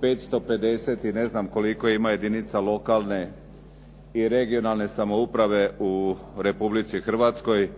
550 i ne znam koliko ima jedinica lokalne i regionalne samouprave u Republici Hrvatskoj.